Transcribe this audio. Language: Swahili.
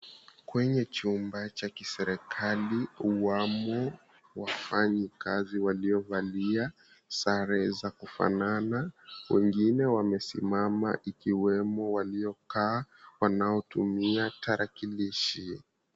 Kwenye chumba cha kiserikali wamo wafanyikazi waliovalia sare za kufanana, wengine wamesimama, ikiwemo waliokaa wanaotumia tarakilishi.